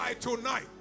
tonight